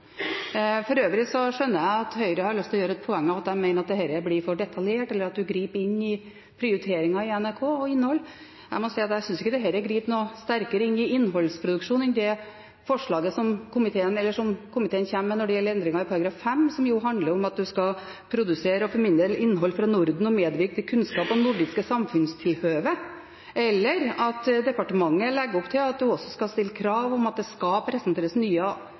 For øvrig skjønner jeg at Høyre har lyst til å gjøre et poeng av at de mener at dette blir for detaljert, eller at man griper inn i prioriteringen i NRK og innhold. Jeg må si at jeg synes ikke dette griper noe sterkere inn i innholdsproduksjonen enn det forslaget som komiteen kommer med når det gjelder endringen i § 5, som jo handler om at man skal produsere og formidle innhold fra Norden og medvirke til kunnskap om nordiske samfunnstilhøve, eller at departementet legger opp til at man også skal stille krav om at det skal presenteres nye